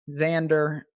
Xander